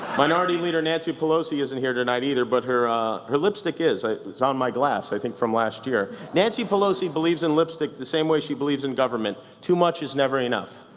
minority leader nancy pelosi isn't here, either, but her her lipstick is. i, it's on my glass, i think, from last year. nancy pelosi believes in lipstick the same way she believes in government too much is never enough.